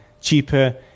cheaper